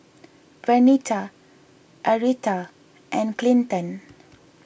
Vernita Arietta and Clinton